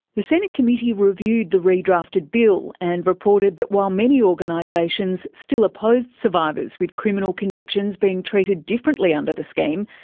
the senate committee reviewed the redrafted bill and reported that while many organisations still opposed survivors with criminal convictions being treated differently under the scheme,